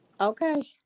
okay